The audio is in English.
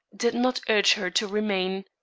did not urge her to remain.